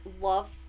love